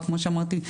כמו שאמרתי,